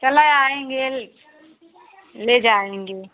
चलो आएँगे ले जाएँगे